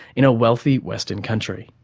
in a wealthy western country.